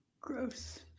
Gross